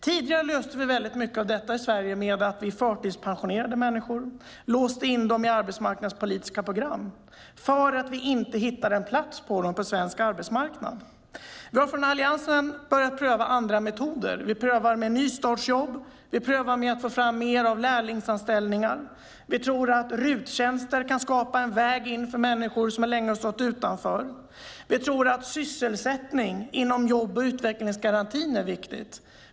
Tidigare löste man mycket av detta genom att förtidspensionera människor och låsa in dem i arbetsmarknadspolitiska program. Man hittade ingen plats för dem på svensk arbetsmarknad. Vi har från Alliansen börjat pröva andra metoder. Vi prövar med nystartsjobb och med att få fram fler lärlingsanställningar. Vi tror att RUT-tjänster kan skapa en väg in för människor som länge stått utanför. Vi tror att sysselsättning inom jobb och utvecklingsgarantin är viktigt.